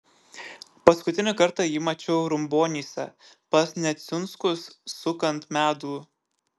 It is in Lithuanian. paskutinį kartą jį mačiau rumbonyse pas neciunskus sukant medų